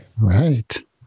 Right